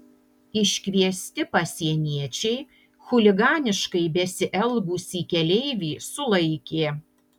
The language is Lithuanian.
iškviesti pasieniečiai chuliganiškai besielgusį keleivį sulaikė